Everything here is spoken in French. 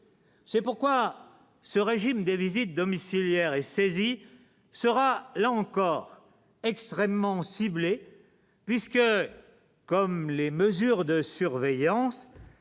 c'est pourquoi ce régime des visites domiciliaires et saisi sera là encore extrêmement ciblés, puisque, comme les mesures de surveillance,